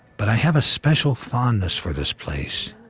but i have a special fondness for this place.